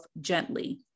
gently